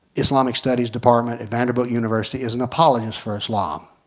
islamic studies department at vanderbilt university is an appologist for islam.